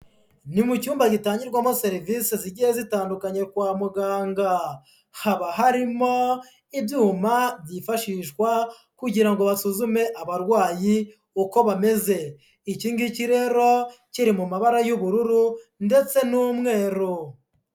Ni mu cyumba gitangirwamo serivisi zigiye zitandukanye kwa muganga, haba harimo ibyuma byifashishwa kugira ngo basuzume abarwayi uko bameze. Iki ngiki rero kiri mu mabara y'ubururu ndetse n'umweru.